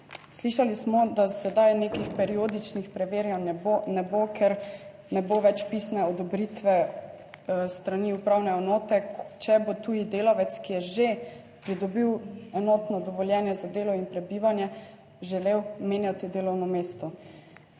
Slišali smo, da sedaj nekih periodičnih preverjanj ne bo, ker ne bo več pisne odobritve s strani upravne enote, če bo tuji delavec, ki je že pridobil enotno dovoljenje za delo in prebivanje želel menjati delovno mesto.